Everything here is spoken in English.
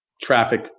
traffic